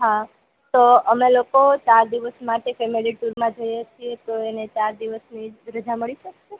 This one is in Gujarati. હા તો અમે લોકો ચાર દિવસ માટે ફેમિલી ટુરમાં જઈએ છે તો એને ચાર દિવસની રજા મળી શકશે